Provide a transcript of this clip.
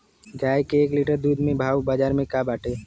गाय के एक लीटर दूध के भाव बाजार में का बाटे?